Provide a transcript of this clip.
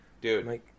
dude